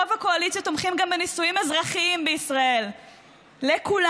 רוב הקואליציה תומכים גם בנישואים אזרחיים בישראל לכולנו.